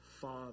Father